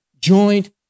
joint